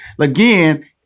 again